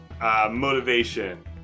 motivation